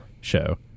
show